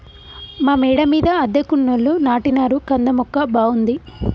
మా మేడ మీద అద్దెకున్నోళ్లు నాటినారు కంద మొక్క బాగుంది